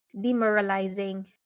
demoralizing